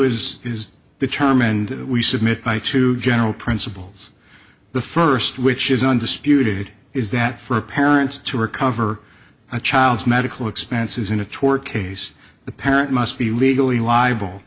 is is determined we submit by two general principles the first which is undisputed is that for parents to recover a child's medical expenses in a tort case the parent must be legally liable